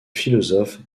philosophe